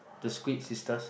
the squid sisters